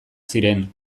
ziren